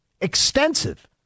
extensive